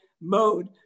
mode